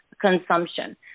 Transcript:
consumption